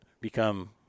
become